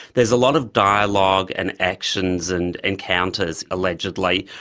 there's a lot of dialogue and actions and encounters, allegedly,